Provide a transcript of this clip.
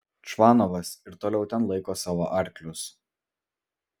čvanovas ir toliau ten laiko savo arklius